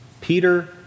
Peter